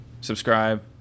subscribe